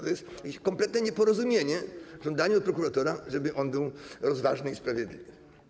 To jest kompletne nieporozumienie: żądanie od prokuratora, żeby był rozważny i sprawiedliwy.